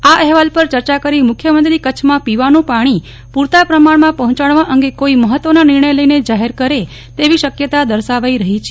આ અહેવાલ પર ચર્ચા કરી મુખ્યમંત્રી કચ્છમાં પીવાનું પાણી પુરતા પ્રમાણમાં પહોંચાડવા અંગે કોઈ મહત્વના નિર્ણય લઈને જાહેર કરે તેવી શક્યતા દર્શાવી રહી છે